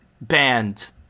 banned